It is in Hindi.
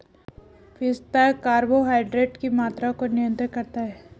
पिस्ता कार्बोहाइड्रेट की मात्रा को नियंत्रित करता है